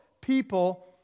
people